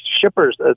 shippers